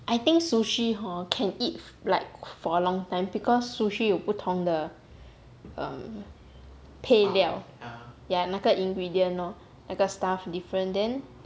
I think sushi hor can eat like for a long time because sushi 有不同的 um 配料 like 那个 ingredient lor 那个 stuff different then